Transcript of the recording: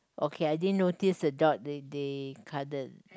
okay I didn't notice the dog they they cuddle